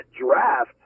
draft